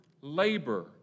labor